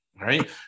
right